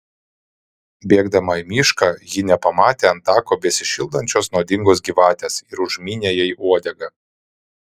bėgdama į mišką ji nepamatė ant tako besišildančios nuodingos gyvatės ir užmynė jai uodegą